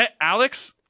Alex